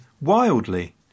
wildly